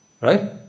right